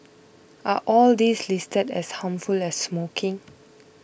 are all these listed as harmful as smoking